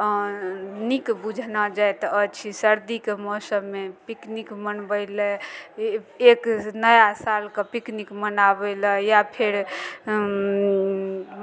नीक बुझना जाइत अछि सर्दीके मौसममे पिकनिक मनबय लेल ए एक नया सालकेँ पिकनिक मनाबय लेल या फेर